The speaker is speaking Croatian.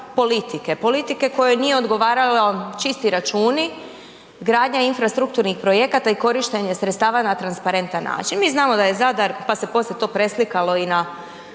Politike kojoj nije odgovaralo čisti računi, gradnja infrastrukturnih projekata i korištenje sredstava na transparentan način. Mi znamo da je Zadar, pa se poslije to preslikalo i na